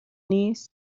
نیست